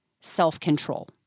self-control